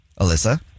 Alyssa